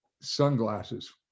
sunglasses